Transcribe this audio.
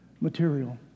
material